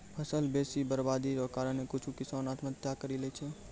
फसल बेसी बरवादी रो कारण कुछु किसान आत्महत्या करि लैय छै